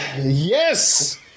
Yes